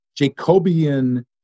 Jacobian